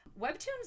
Webtoons